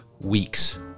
weeks